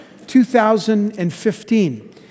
2015